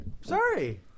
Sorry